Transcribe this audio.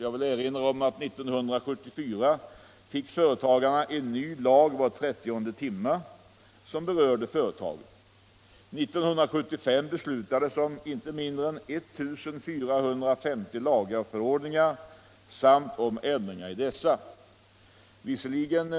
Jag vill erinra om att företagarna år 1974 fick en ny lag var trettionde timme som berörde företagen. 1975 beslutades om inte mindre än 1 450 lagar och förordningar samt om ändringar i dessa. Visserligen